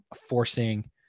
forcing